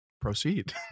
Proceed